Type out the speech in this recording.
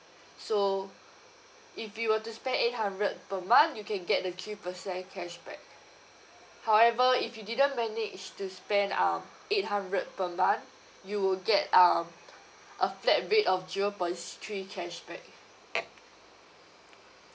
so if you were to spend eight hundred per month you can get the three percent cashback however if you didn't manage to spend uh eight hundred per month you would get um a flat rate of zero point three cashback at